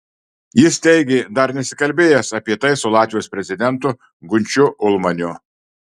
jis teigė dar nesikalbėjęs apie tai su latvijos prezidentu gunčiu ulmaniu